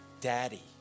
daddy